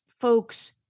folks